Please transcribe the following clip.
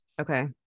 okay